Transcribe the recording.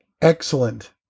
excellent